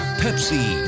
pepsi